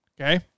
okay